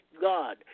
God